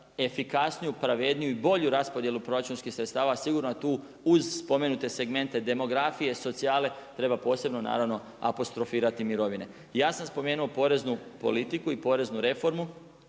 efikasniju, pravedniju i bolju raspodjelu proračunskih sredstava. A sigurno tu uz spomenute segmente demografije, socijale, treba posebno naravno apostrofirati mirovine. Ja sam spomenuo poreznu politiku i poreznu reformu.